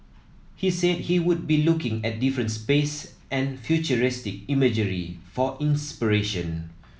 he said he would be looking at different space and futuristic imagery for inspiration